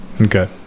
Okay